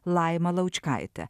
laima laučkaite